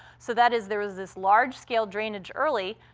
so that is, there was this large-scale drainage early,